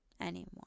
anymore